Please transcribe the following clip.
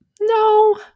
No